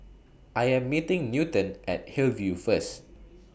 I Am meeting Newton At Hillview First